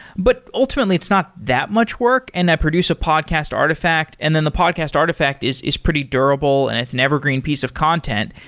but ultimately, it's not that much work, and i produce a podcast artifact. and then the podcast artifact is is pretty durable and it's an evergreen piece of content.